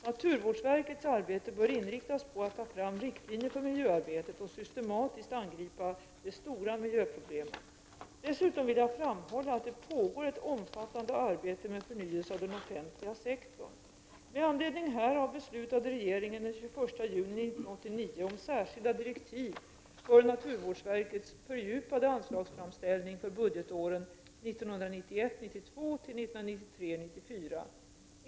Naturvårdsverkets arbete bör inriktas på att ta fram riktlinjer för miljöarbetet och systematiskt angripa de stora miljöproblemen. Jag vill dessutom framhålla att det pågår ett omfattande arbete med förnyelse av den offentliga sektorn. Med anledning härav beslutade regeringen den 21 juni 1989 om särskilda direktiv för naturvårdsverkets fördjupade anslagsframställning för budgetåren 1991 94.